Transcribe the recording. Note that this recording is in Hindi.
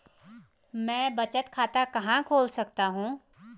मैं बचत खाता कहां खोल सकता हूँ?